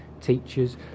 teachers